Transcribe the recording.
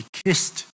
kissed